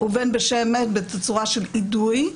ובין בשמן בתצורת של אידוי.